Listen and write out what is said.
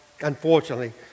unfortunately